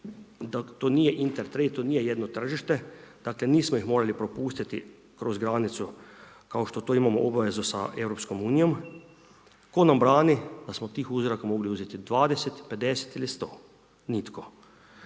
to nije inter trade, to nije jedno tržište, dakle nismo ih morali propustiti kroz granicu kao što to imamo obavezu sa EU, tko nam brani da smo tih uzoraka mogli uzeti 20, 50 ili 100? Nitko.